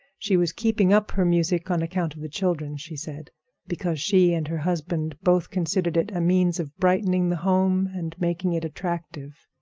she was keeping up her music on account of the children, she said because she and her husband both considered it a means of brightening the home and making it attractive.